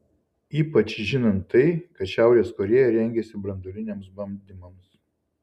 ypač žinant tai kad šiaurės korėja rengiasi branduoliniams bandymams